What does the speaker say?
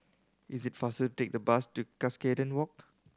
is it faster take the bus to Cuscaden Walk